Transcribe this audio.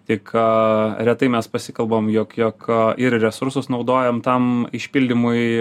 tik retai mes pasikalbam jog jog ir resursus naudojam tam išpildymui